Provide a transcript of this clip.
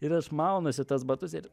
ir aš maunuosi tuos batus ir